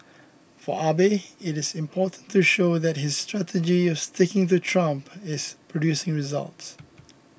for Abe it is important to show that his strategy of sticking to Trump is producing results